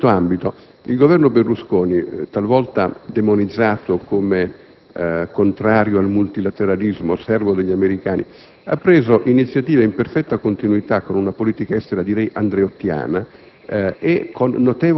si è tentato. In questo ambito, il Governo Berlusconi, talvolta demonizzato come contrario al multilateralismo e servo degli americani, ha adottato iniziative in perfetta continuità con una politica estera direi «andreottiana»